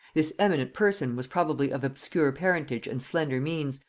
this eminent person was probably of obscure parentage and slender means,